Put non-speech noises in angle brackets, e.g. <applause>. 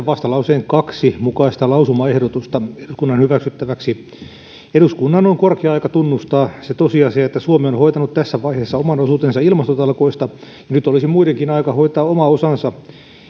<unintelligible> vastalauseen kaksi mukaista lausumaehdotusta eduskunnan hyväksyttäväksi eduskunnan on korkea aika tunnustaa se tosiasia että suomi on hoitanut tässä vaiheessa oman osuutensa ilmastotalkoista ja nyt olisi muidenkin aika hoitaa oma osansa